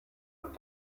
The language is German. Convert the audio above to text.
und